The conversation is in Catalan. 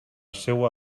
seua